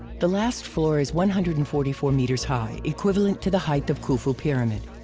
the last floor is one hundred and forty four meters high, equivalent to the height of khufu pyramid.